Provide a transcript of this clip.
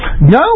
no